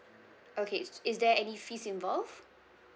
okay is there any fees involved